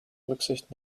rücksicht